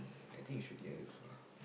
I think you should hear it also lah